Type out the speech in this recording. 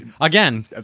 again